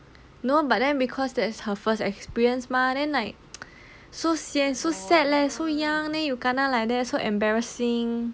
no but then because that's her first experience mah then like so sian so sad leh so young then you kena like that so embarrassing